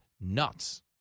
nuts